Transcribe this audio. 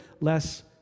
less